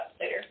later